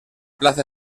plaza